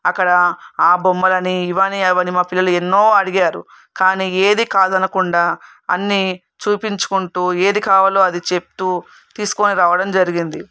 అక్కడ ఆ బొమ్మలని ఇవి అని అవి అని ఎన్నో అడిగారు కానీ ఏది కాదనకుండా అన్ని చూపించుకుంటూ ఏది కావాలో అది చెబుతూ తీసుకొని రావడం జరిగింది